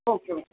okay okay